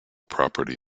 property